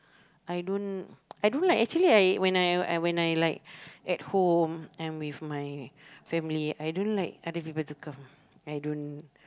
I don't I don't like actually I when I when I like at home I with my family I don't like other people to come I don't